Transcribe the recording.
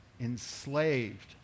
enslaved